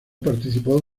participó